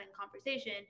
conversation